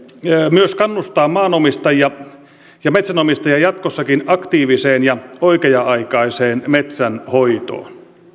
myös kannustaa maanomistajia ja metsänomistajia jatkossakin aktiiviseen ja oikea aikaiseen metsänhoitoon